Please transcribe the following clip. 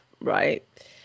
right